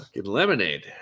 lemonade